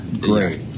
great